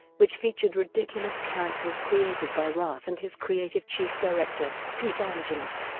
which featured ridiculous characters created by roth and his creative chief director, pete angelus,